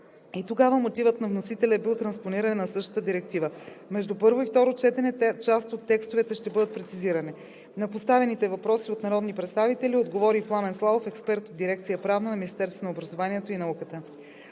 и тогава мотивът на вносителя е бил транспониране на същата директива. Между първо и второ четене част от текстовете ще бъдат прецизирани. На поставени въпроси от народните представители отговори Пламен Славов – експерт от дирекция „Правна“ на Министерството на образованието и науката.